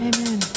Amen